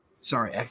Sorry